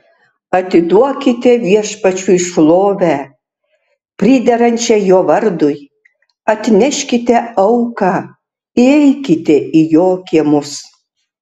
atiduokite viešpačiui šlovę priderančią jo vardui atneškite auką įeikite į jo kiemus